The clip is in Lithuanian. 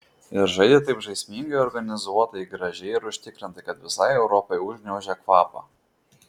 ir žaidė taip žaismingai organizuotai gražiai ir užtikrintai kad visai europai užgniaužė kvapą